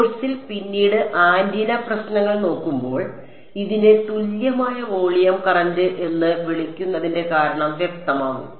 കോഴ്സിൽ പിന്നീട് ആന്റിന പ്രശ്നങ്ങൾ നോക്കുമ്പോൾ ഇതിനെ തുല്യമായ വോളിയം കറന്റ് എന്ന് വിളിക്കുന്നതിന്റെ കാരണം വ്യക്തമാകും